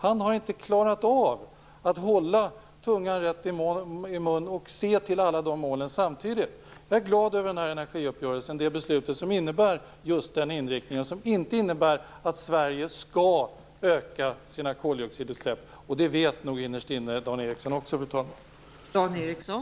Han har inte klarat av att hålla tungan rätt i munnen och se till alla de här målen samtidigt. Jag är glad över energiuppgörelsen och det beslut som innebär just den här inriktningen. Det innebär alltså inte att Sverige skall öka sina koldioxidutsläpp - och det vet nog också Dan Ericsson innerst inne, fru talman.